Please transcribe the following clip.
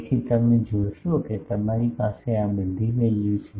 તેથી તમે જોશો કે તમારી પાસે આ બધી વેલ્યુ છે